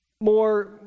more